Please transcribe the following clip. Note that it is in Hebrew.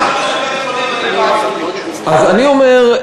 אני אומר,